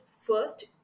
first